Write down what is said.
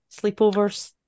sleepovers